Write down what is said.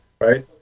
right